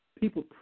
people